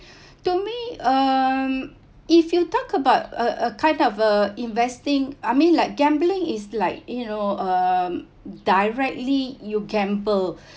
to me um if you talk about a a kind of a investing I mean like gambling is like you know um directly you gamble